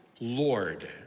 Lord